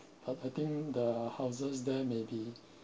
but I think the houses there maybe